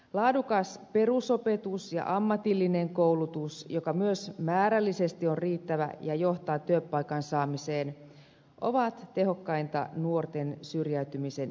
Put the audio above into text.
laadukas perusopetus ja ammatillinen koulutus joka myös määrällisesti on riittävä ja johtaa työpaikan saamiseen ovat tehokkainta nuorten syrjäytymisen ehkäisyä